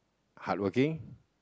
hardworking